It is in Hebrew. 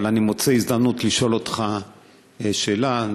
לשאול אותך שאלה.